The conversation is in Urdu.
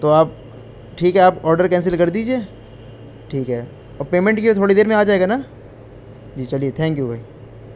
تو آپ ٹھیک ہے آپ آرڈر کینسل کر دجیے ٹھیک ہے اور پیمنٹ تھوڑی دیر میں آ جائے گا نا جی چلیے تھینک یو بھائی